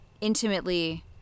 intimately